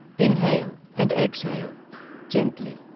inhale and exhale gently,